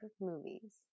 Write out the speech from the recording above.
movies